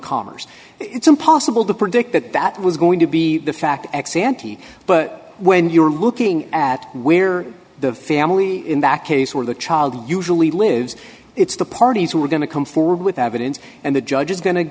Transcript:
commerce it's impossible to predict that that was going to be the fact ex ante but when you are looking at where the family in that case where the child usually lives it's the parties who are going to come forward with evidence and the judge is go